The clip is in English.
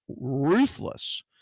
ruthless